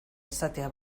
izatea